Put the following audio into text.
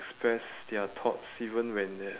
express their thoughts even when they're